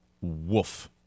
woof